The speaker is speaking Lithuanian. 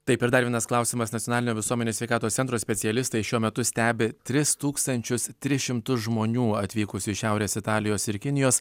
taip ir dar vienas klausimas nacionalinio visuomenės sveikatos centro specialistai šiuo metu stebi tris tūkstančius tris šimtus žmonių atvykusių iš šiaurės italijos ir kinijos